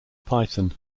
python